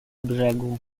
brzegu